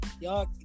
y'all